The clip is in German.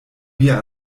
wir